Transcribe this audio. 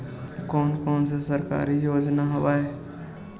कोन कोन से सरकारी योजना हवय?